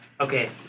Okay